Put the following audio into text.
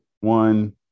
one